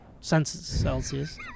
Celsius